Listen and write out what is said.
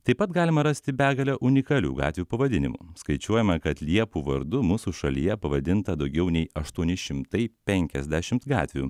taip pat galima rasti begalę unikalių gatvių pavadinimų skaičiuojama kad liepų vardu mūsų šalyje pavadinta daugiau nei aštuoni šimtai penkiasdešimt gatvių